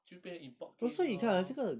就变成 import case lor